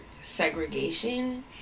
segregation